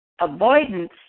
Avoidance